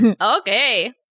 Okay